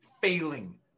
failing